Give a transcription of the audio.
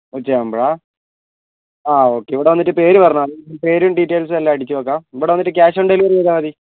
ഉച്ച ആകുമ്പോഴാണോ ആ ഓക്കേ ഇവിടെ വന്നിട്ട് പേര് പറഞ്ഞാൽ മതി പേരും ഡീറ്റെയ്ൽസും എല്ലാം അടിച്ച് വയ്ക്കാം ഇവിടെ വന്നിട്ട് ക്യാഷ് ഓൺ ഡെലിവറി ചെയ്താൽ മതി